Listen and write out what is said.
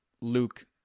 Luke